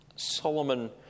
Solomon